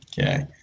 Okay